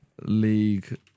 League